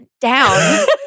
down